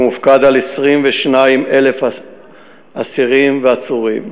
והוא מופקד על 22,000 אסירים ועצורים,